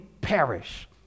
perish